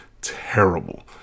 terrible